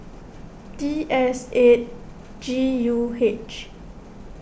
T S eight G U H